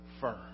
firm